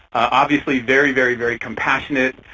obviously very, very, very compassionate.